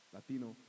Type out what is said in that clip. Latino